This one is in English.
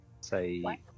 say